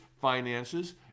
finances